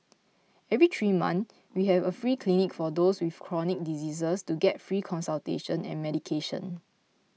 every three months we have a free clinic for those with chronic diseases to get free consultation and medication